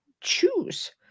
choose